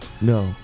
No